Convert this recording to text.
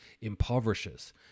impoverishes